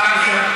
פעם ראשונה,